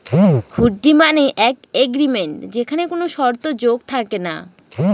হুন্ডি মানে এক এগ্রিমেন্ট যেখানে কোনো শর্ত যোগ থাকে না